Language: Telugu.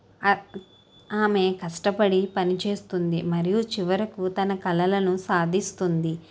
ఆక్ ఆమె కష్టపడి పనిచేస్తుంది మరియు చివరకు తన కలలను సాధిస్తుంది